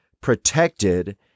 protected